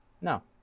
No